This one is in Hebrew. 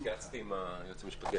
התייעצתי עם היועץ המשפטי,